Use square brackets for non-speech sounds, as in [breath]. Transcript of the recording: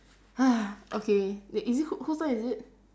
[breath] okay wait is it who whose turn is it